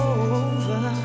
over